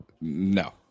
No